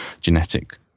genetic